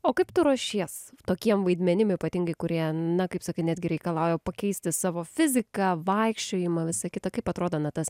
o kaip tu ruošies tokiem vaidmenim ypatingai kurie na kaip sakai netgi reikalauja pakeisti savo fiziką vaikščiojimą visa kita kaip atrodo na tas